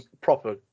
proper